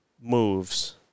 moves